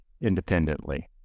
independently